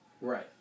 Right